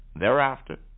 Thereafter